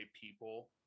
people